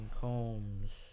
Combs